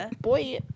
Boy